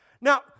Now